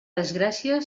desgràcia